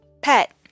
Pet